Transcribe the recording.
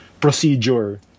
procedure